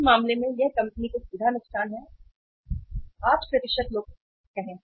इस मामले में यह कंपनी को सीधा नुकसान है यह कंपनी के लिए सीधा नुकसान है